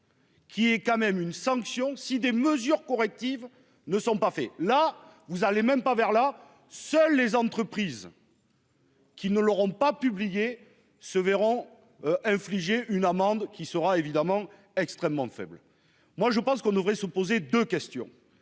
Qui est quand même une sanction si des mesures correctives ne sont pas faits là, vous allez même pas vers la. Seules les entreprises. Qui ne l'auront pas publié se verront. Infliger une amende qui sera évidemment extrêmement faible. Moi je pense qu'on devrait se poser de questions,